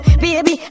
baby